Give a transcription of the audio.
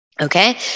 Okay